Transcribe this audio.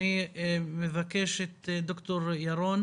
אני מבקש את ד"ר ירון